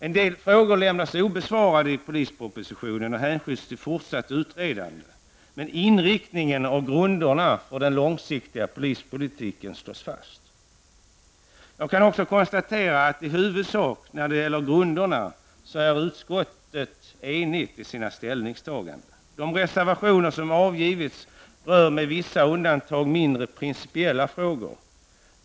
En del frågor lämnas obesvarade i polispropositionen och hänskjuts till fortsatt utredning. Inriktningen av grunderna för den långsiktiga polispolitiken står dock fast. Jag kan också konstatera att när det gäller grunderna är utskottet i huvudsak enigt i sina ställningstaganden. De reservationer som har avgivits rör med vissa undantag mindre principiella frågor.